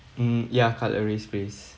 um ya cutleries please